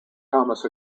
thomas